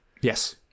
Yes